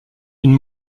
une